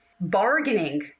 Bargaining